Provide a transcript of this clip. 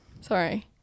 Sorry